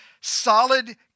solid